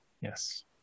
Yes